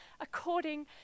according